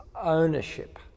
ownership